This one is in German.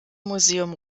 museum